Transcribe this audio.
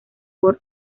por